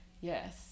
Yes